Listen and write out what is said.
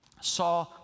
saw